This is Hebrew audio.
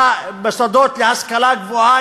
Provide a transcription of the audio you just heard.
במוסדות להשכלה גבוהה,